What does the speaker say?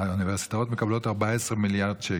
האוניברסיטאות מקבלות 14 מיליארד שקלים.